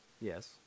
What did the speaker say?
Yes